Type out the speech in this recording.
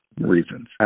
reasons